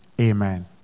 Amen